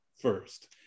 first